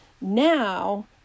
Now